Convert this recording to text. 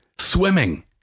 swimming